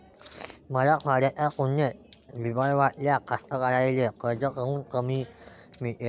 मराठवाड्याच्या तुलनेत विदर्भातल्या कास्तकाराइले कर्ज कमी काऊन मिळते?